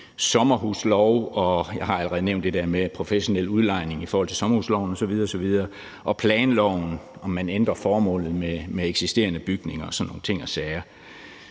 sommerhusloven, og jeg har allerede nævnt det der med professionel udlejning i forhold til sommerhusloven osv. osv., og planloven, når man ændrer formålet med eksisterende bygninger og sådan nogle ting og sager.